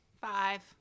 five